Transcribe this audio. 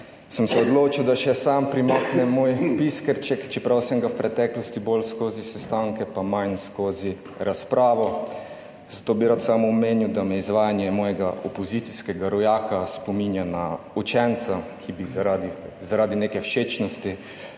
sem se odločil, da še sam primaknem svoj piskrček, čeprav sem ga v preteklosti bolj skozi sestanke pa manj skozi razpravo. Zato bi rad samo omenil, da me izvajanje mojega opozicijskega rojaka spominja na učenca, ki bi zaradi neke všečnosti,